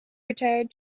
retired